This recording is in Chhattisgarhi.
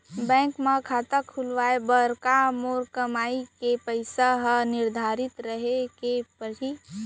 बैंक म खाता खुलवाये बर का मोर कमाई के पइसा ह निर्धारित रहे के पड़ही?